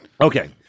Okay